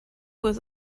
was